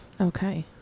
Okay